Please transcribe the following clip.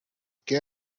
qué